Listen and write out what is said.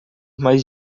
mais